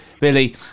Billy